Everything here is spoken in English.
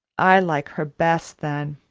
i like her best then.